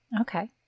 Okay